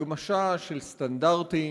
הגמשה של סטנדרטים,